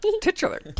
Titular